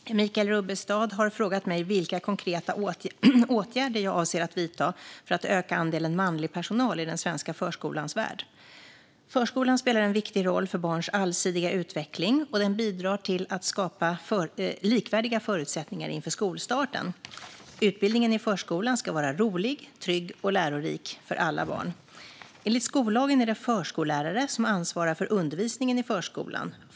Fru talman! Michael Rubbestad har frågat mig vilka konkreta åtgärder jag avser att vidta för att öka andelen manlig personal i den svenska förskolans värld. Förskolan spelar en viktig roll för barns allsidiga utveckling, och den bidrar till att skapa likvärdiga förutsättningar inför skolstarten. Utbildningen i förskolan ska vara rolig, trygg och lärorik för alla barn. Enligt skollagen är det förskollärare som ansvarar för undervisningen i förskolan.